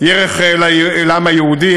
היא ערך לעם היהודי,